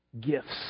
gifts